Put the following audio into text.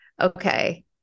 okay